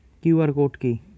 QR code কি?